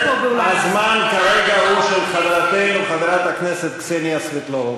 הזמן הוא כרגע של חברתנו חברת הכנסת קסניה סבטלובה.